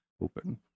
open